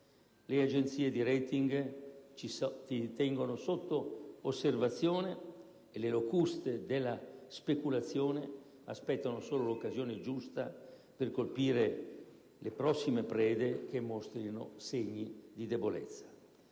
Le agenzie di *rating* ci tengono sotto osservazione e le locuste della speculazione aspettano solo l'occasione giusta per colpire le prossime prede che mostrino segni di debolezza.